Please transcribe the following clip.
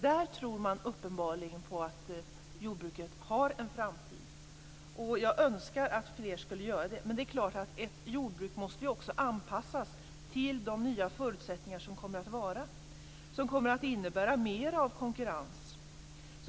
Där tror man uppenbarligen på att jordbruket har en framtid, och jag önskar att fler skulle göra det. Men det är klart att ett jordbruk också måste anpassas till de nya förutsättningar som kommer att råda och som kommer att innebära mera av konkurrens.